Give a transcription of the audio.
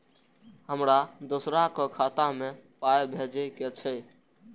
हमरा दोसराक खाता मे पाय भेजे के छै?